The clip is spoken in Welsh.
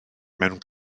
mewn